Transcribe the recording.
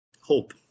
hope